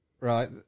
Right